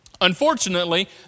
unfortunately